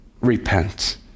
repent